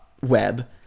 web